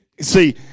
See